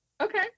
Okay